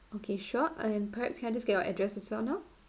okay sure and perhaps can I just get your address as well now